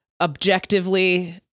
objectively